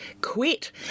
quit